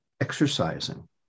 exercising